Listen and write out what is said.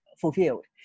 fulfilled